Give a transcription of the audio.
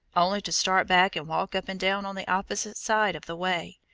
only to start back and walk up and down on the opposite side of the way,